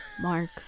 Mark